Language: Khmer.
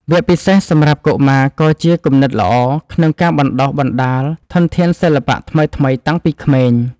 វគ្គពិសេសសម្រាប់កុមារក៏ជាគំនិតល្អក្នុងការបណ្ដុះបណ្ដាលធនធានសិល្បៈថ្មីៗតាំងពីក្មេង។